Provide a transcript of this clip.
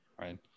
right